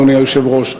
אדוני היושב-ראש.